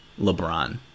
LeBron